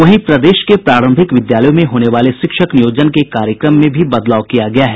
वहीं प्रदेश के प्रारंभिक विद्यालयों में होने वाले शिक्षक नियोजन के कार्यक्रम में भी बदलाव किया गया है